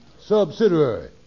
Subsidiary